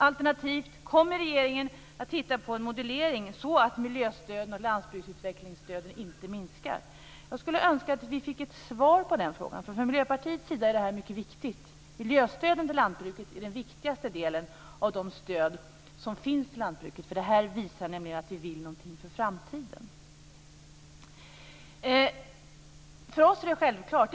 Eller kommer regeringen att titta på en modulering så att miljöstöden och landsbygdsutvecklingsstöden inte minskar? Jag skulle önska att vi fick svar på dessa frågor. Detta är mycket viktigt för oss i Miljöpartiet. Miljöstöden till lantbruket är den viktigaste delen av de stöd som finns till lantbruket. Det visar nämligen att vi vill någonting för framtiden. För oss är detta självklart.